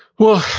well,